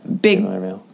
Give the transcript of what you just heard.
Big